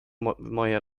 moje